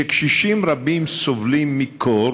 כשקשישים רבים סובלים מקור,